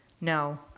No